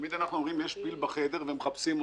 תמיד אנחנו אומרים: יש פיל בחדר, ומחפשים אותו.